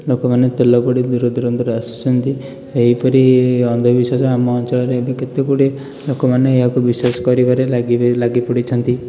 ଲୋକମାନେ ତେଲ ପୋଡ଼ି ଦୂରଦୂରାନ୍ତରୁ ଆସୁଛନ୍ତି ଏହିପରି ଅନ୍ଧ ବିଶ୍ୱାସ ଆମ ଅଞ୍ଚଳରେ ଏବେ କେତେଗୁଡ଼ିଏ ଲୋକମାନେ ଏହାକୁ ବିଶ୍ୱାସ କରିବାରେ ଲାଗି ଲାଗି ପଡ଼ିଛନ୍ତି